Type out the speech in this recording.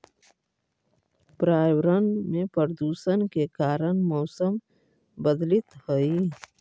पर्यावरण में प्रदूषण के कारण मौसम बदलित हई